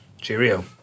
Cheerio